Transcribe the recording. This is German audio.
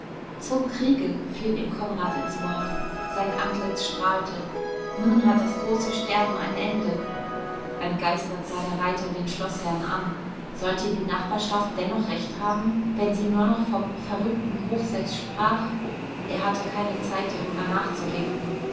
zum kriege fiel ihm konrad ins wort sein antlitz strahlte nun hat das große sterben ein ende entgeistert sah der reiter den schloßherrn an sollte die nachbarschaft dennoch recht haben wenn sie nur noch vom verrückten hochseß sprach er hatte keine zeit darüber nachzudenken